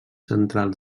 centrals